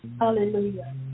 Hallelujah